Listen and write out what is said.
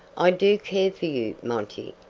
i do care for you, monty,